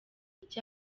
icyo